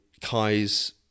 Kai's